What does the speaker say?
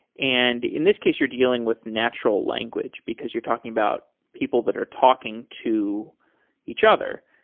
and in this case, you're dealing with natural language, because you're talking about people that are talking to each other.